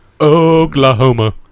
Oklahoma